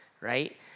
right